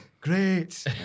Great